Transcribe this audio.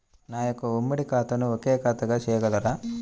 నా యొక్క ఉమ్మడి ఖాతాను ఒకే ఖాతాగా చేయగలరా?